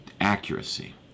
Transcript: Accuracy